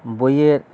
বইয়ের